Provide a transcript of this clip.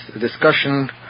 discussion